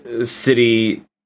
city